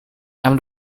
i’m